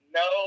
no